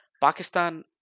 Pakistan